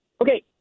Okay